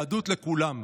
יהדות לכולם.